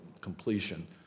completion